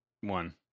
one